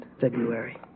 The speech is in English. February